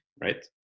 right